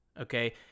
Okay